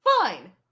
Fine